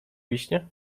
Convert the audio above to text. wiśnie